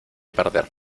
perder